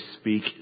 speak